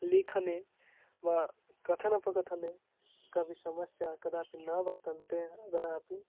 लेखने वा कथने कथने कापि समस्या कदापि न वर्तते अधुनापि